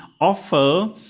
offer